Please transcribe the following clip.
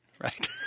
right